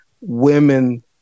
women